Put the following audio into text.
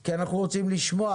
כי אנחנו רוצים לשמוע